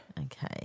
Okay